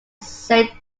saint